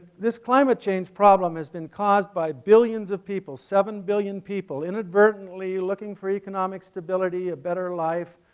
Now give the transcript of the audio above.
this climate change problem has been caused by billions of people, seven billion people inadvertently, looking for economic stability, a better life,